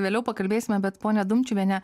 vėliau pakalbėsime bet ponia dumčiuviene